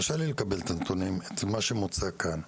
קשה לי לקבל את הנתונים שמוצגים כאן.